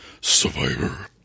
survivor